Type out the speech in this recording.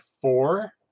four